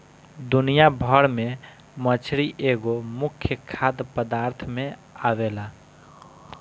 दुनिया भर में मछरी एगो मुख्य खाद्य पदार्थ में आवेला